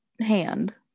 hand